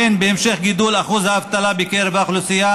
הן בהמשך גידול אחוז האבטלה בקרב האוכלוסייה